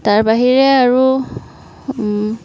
তাৰ বাহিৰে আৰু